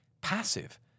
passive